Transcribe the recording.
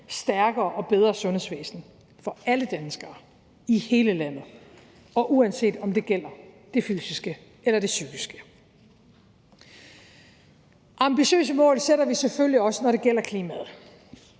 stærkere og bedre sundhedsvæsen for alle danskere i hele landet, og uanset om det gælder det fysiske eller det psykiske. Ambitiøse mål sætter vi selvfølgelig også, når det gælder klimaet,